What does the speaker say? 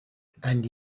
and